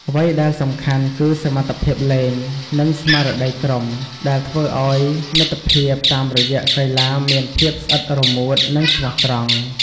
អ្វីដែលសំខាន់ គឺសមត្ថភាពលេង និងស្មារតីក្រុម ដែលធ្វើឱ្យមិត្តភាពតាមរយៈកីឡាមានភាពស្អិតរមួត និងស្មោះត្រង់។